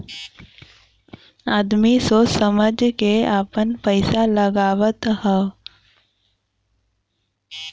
आदमी सोच समझ के आपन पइसा लगावत हौ